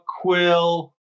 Quill